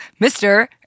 Mr